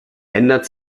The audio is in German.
ändert